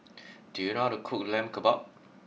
do you know how to cook Lamb Kebab